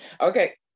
okay